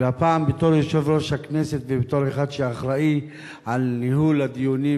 והפעם בתור יושב-ראש הכנסת ובתור אחד שאחראי לניהול הדיונים,